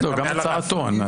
הרי